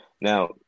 Now